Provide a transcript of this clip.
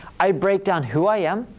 i breakdown who i am,